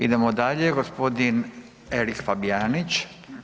Idemo dalje, gospodin Erik Fabijanić.